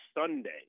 Sunday